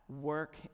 work